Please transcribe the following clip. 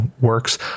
works